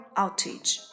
outage